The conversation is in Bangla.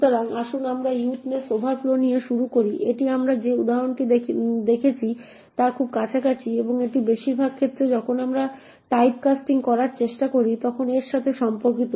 সুতরাং আসুন আমরা উইডথনেস ওভারফ্লো দিয়ে শুরু করি এটি আমরা যে উদাহরণটি দেখেছি তার খুব কাছাকাছি এবং এটি বেশিরভাগ ক্ষেত্রে যখন আমরা টাইপকাস্টিং করার চেষ্টা করি তখন এর সাথে সম্পর্কিত